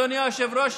אדוני היושב-ראש,